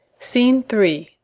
scene three.